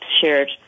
shared